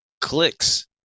clicks